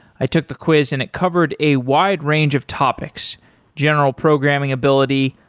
i took the quiz and it covered a wide range of topics general programming ability,